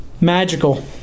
Magical